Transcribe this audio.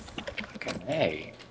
Okay